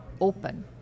open